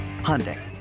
Hyundai